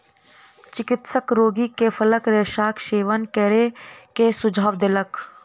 चिकित्सक रोगी के फलक रेशाक सेवन करै के सुझाव देलक